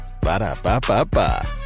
Ba-da-ba-ba-ba